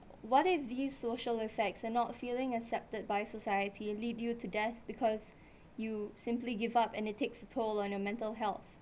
what if these social effects and not feeling accepted by society lead you to death because you simply give up and it takes toll on your mental health